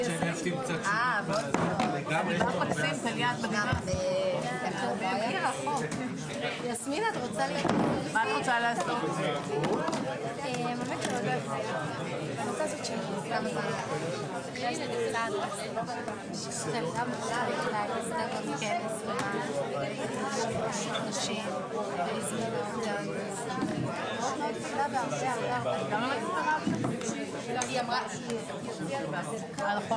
13:55.